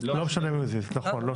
כלומר לא משנה אם הוא הזיז את הרכב.